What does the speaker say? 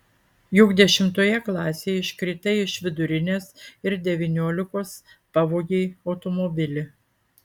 juk dešimtoje klasėje iškritai iš vidurinės ir devyniolikos pavogei automobilį